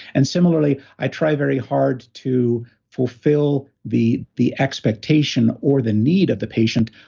and similarly, i try very hard to fulfill the the expectation or the need of the patient,